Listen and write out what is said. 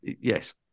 yes